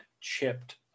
chipped